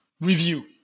Review